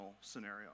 scenario